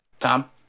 Tom